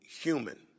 human